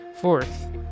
fourth